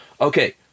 Okay